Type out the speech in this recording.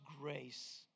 grace